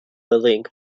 link